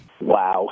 Wow